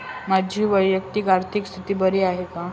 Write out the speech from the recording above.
माझी वैयक्तिक आर्थिक स्थिती बरी आहे का?